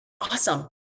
Awesome